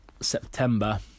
September